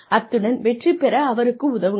அத்துடன் வெற்றி பெற அவருக்கு உதவுங்கள்